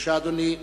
בבקשה, אדוני.